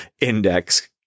Index